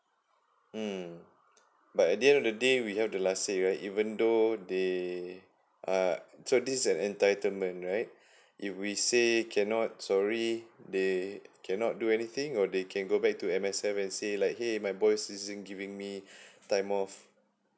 mm but at the end of the day we have the last say right even though they uh so this is an entitlement right if we say cannot sorry they cannot do anything or they can go back to M_S_F and say like !hey! my boss isn't giving me time off